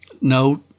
No